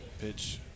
Pitch